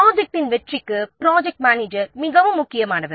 ப்ரொஜெக்டின் வெற்றிக்கு project manager மிகவும் முக்கியமானவர்